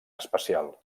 especial